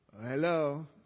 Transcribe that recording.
Hello